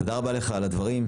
תודה רבה לך על הדברים.